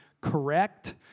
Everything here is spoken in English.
correct